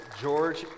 George